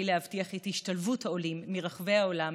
להבטיח את השתלבות העולים מרחבי העולם